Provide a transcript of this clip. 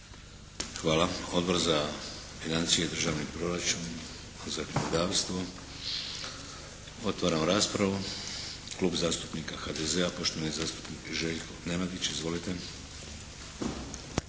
Hvala. Odbor za financije i državni proračun i zakonodavstvo. Otvaram raspravu. Klub zastupnika HDZ-a poštovani zastupnik Željko Nenadić. Izvolite.